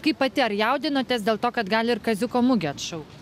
kaip pati ar jaudinotės dėl to kad gali ir kaziuko mugę atšaukt